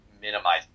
minimize